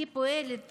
היא פועלת